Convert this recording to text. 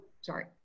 sorry